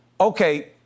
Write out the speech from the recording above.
okay